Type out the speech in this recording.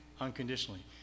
unconditionally